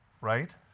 Right